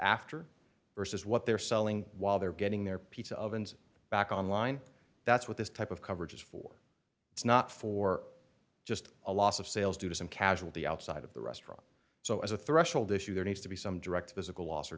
after versus what they're selling while they're getting their pizza ovens back on line that's what this type of coverage is for it's not for just a loss of sales due to some casualty outside of the restaurant so as a threshold issue there needs to be some direct physical